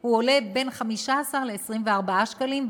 הוא עולה בין 15 ל-24 שקלים,